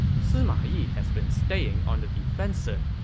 sima yi has been staying on the defensive,